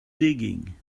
digging